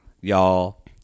y'all